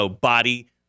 body